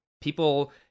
People